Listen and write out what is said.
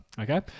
Okay